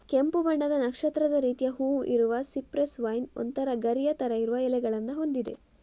ಕೆಂಪು ಬಣ್ಣದ ನಕ್ಷತ್ರದ ರೀತಿಯ ಹೂವು ಇರುವ ಸಿಪ್ರೆಸ್ ವೈನ್ ಒಂತರ ಗರಿಯ ತರ ಇರುವ ಎಲೆಗಳನ್ನ ಹೊಂದಿದೆ